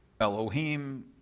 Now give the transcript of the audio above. Elohim